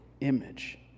image